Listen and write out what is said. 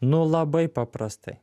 nu labai paprastai